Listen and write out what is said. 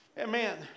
Amen